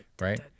right